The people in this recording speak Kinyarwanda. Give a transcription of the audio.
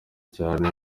cyane